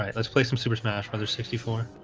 um let's play some super smash brothers sixty four